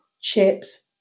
chips